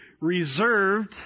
reserved